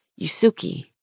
Yusuke